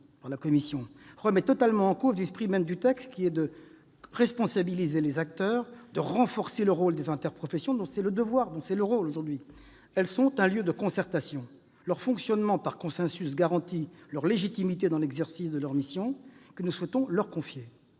la commission remet totalement en cause l'esprit même du texte, qui est de responsabiliser les acteurs et de renforcer le rôle des interprofessions. Elles sont un lieu de concertation. Leur fonctionnement par consensus garantit leur légitimité dans l'exercice des missions que nous souhaitons leur confier.